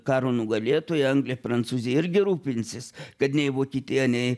karo nugalėtoja anglija prancūzija irgi rūpinsis kad nei vokietieja nei